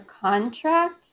contract